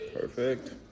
Perfect